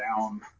down